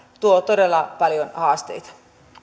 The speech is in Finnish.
tuo todella paljon haasteita